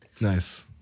Nice